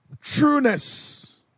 trueness